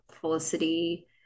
felicity